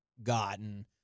Gotten